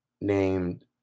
named